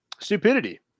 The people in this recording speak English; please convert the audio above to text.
Stupidity